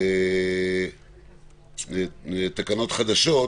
תקנות חדשות